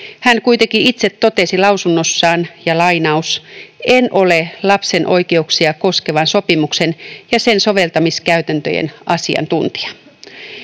Hän kuitenkin itse totesi lausunnossaan: ”En ole lapsen oikeuksia koskevan sopimuksen ja sen soveltamiskäytäntöjen asiantuntija.”